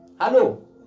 Hello